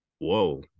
Whoa